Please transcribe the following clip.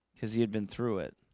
because he had been through it